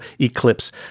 Eclipse